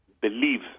believe